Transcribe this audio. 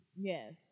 Yes